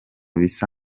bisa